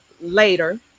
later